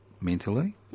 mentally